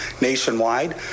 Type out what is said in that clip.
nationwide